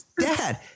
dad